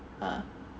mm